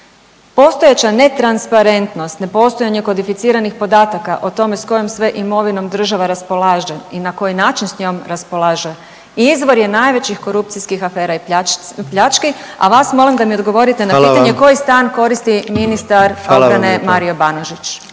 Postojeća netransparentnost, nepostojanje kodificiranih podataka o tome s kojom sve imovinom država raspolaže i na koji način s njom raspolaže izvor je najvećih korupcijskih afera i pljački, a vas molim da mi odgovorite na pitanje … …/Upadica predsjednik: Hvala vam./… … koji